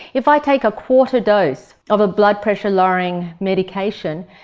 if i take a quarter dose of a blood pressure lowering medication,